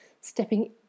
Stepping